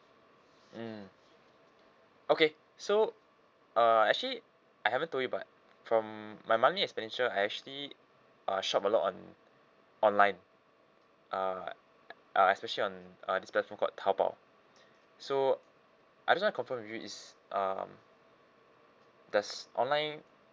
mm okay so uh actually I haven't told you but from my monthly expenditure I actually uh shop a lot on online uh uh especially on uh this platform called taobao so I just wanna confirm with you is um does online